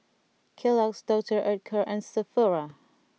Kellogg's Doctor Oetker and Sephora